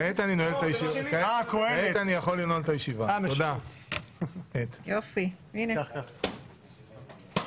הישיבה ננעלה בשעה 14:29. << סיום